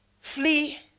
Flee